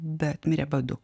bet mirė badu